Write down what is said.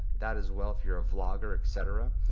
that as well if you're a vlogger, et cetera.